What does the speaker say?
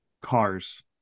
Cars